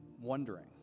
wondering